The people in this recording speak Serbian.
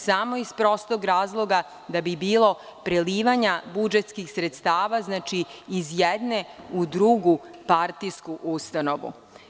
Samo iz prostog razloga da bi bilo prelivanja budžetskih sredstava iz jedne u drugu partijsku ustanovu.